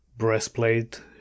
Breastplate